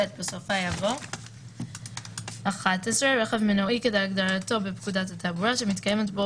בסופה יבוא: ״(11) רכב מנועי כהגדרתו בפקודת התעבורה שמתקיימת בו